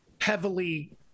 heavily